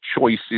choices